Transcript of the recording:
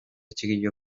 chiquillo